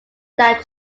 that